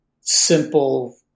simple